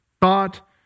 thought